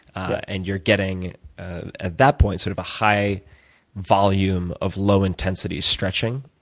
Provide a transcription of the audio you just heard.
and you're getting, at that point, sort of a high volume of low intensity stretching,